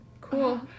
cool